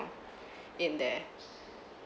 in there